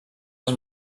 els